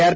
R